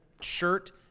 shirt